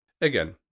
Again